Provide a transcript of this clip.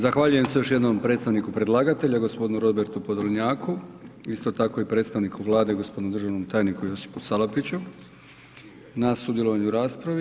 Zahvaljujem se još jednom predstavniku predlagatelja, gospodinu Robertu Podolnjaku, isto tako i predstavniku Vlade, gospodinu državnom tajniku Josipu Salapiću na sudjelovanju u raspravi.